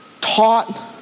taught